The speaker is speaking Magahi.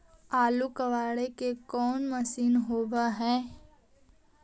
आलू कबाड़े के कोन मशिन होब है?